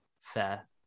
fair